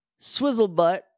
Swizzlebutt